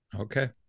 Okay